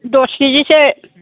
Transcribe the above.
दस केजिसो